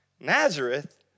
Nazareth